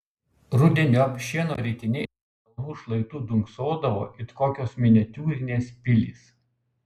rudeniop šieno ritiniai ant kalvų šlaitų dunksodavo it kokios miniatiūrinės pilys